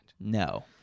no